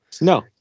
No